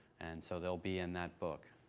and so they will be in that book,